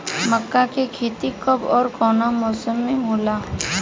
मका के खेती कब ओर कवना मौसम में होला?